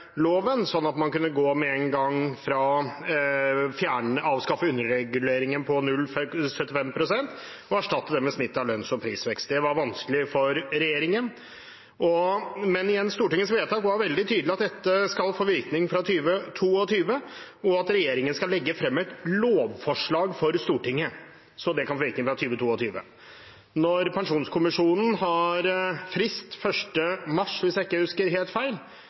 loven slik at en kunne avskaffe underreguleringen på 0,75 pst. og erstatte det med et snitt av lønns- og prisveksten. Det var vanskelig for regjeringen. Men igjen: Stortingets vedtak var veldig tydelig på at dette skal få virkning fra 2022, og at regjeringen skal legge frem et lovforslag for Stortinget så det kan ha virkning fra 2022. Når pensjonskommisjonen har frist 1. mars, hvis jeg ikke husker helt feil,